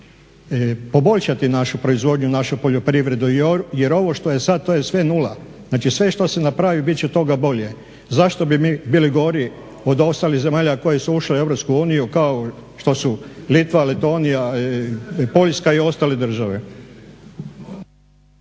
poboljšati našu proizvodnju, našu poljoprivredu jer ovo što je sad to je sve nula. Znači sve što se napravi bit će toga bolje. Zašto bi mi bili gori od ostalih zemalja koje su ušle u EU kao što su Litva, Letonija, Poljska i ostale države.